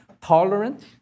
tolerant